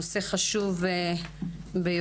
נושא חשוב ביותר,